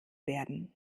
werden